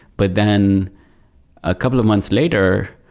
but then a couple of months later,